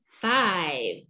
five